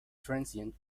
transient